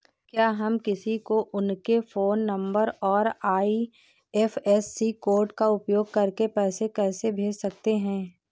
क्या हम किसी को उनके फोन नंबर और आई.एफ.एस.सी कोड का उपयोग करके पैसे कैसे भेज सकते हैं?